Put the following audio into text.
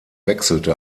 wechselte